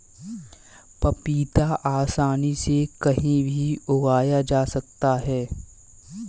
पपीता आसानी से कहीं भी उगाया जा सकता है